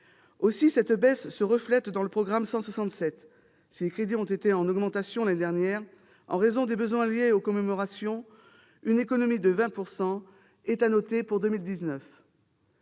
Cette baisse se reflète dans le programme 167. Si les crédits ont été en augmentation l'année dernière en raison des besoins liés aux commémorations, une économie de 20 % est à noter pour 2019.